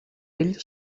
ell